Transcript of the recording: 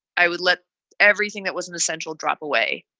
i would let everything that was an essential drop away.